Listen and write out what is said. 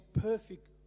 perfect